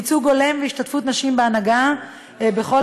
ייצוג הולם והשתתפות נשים בהנהגה בכל